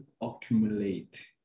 accumulate